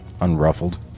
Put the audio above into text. Unruffled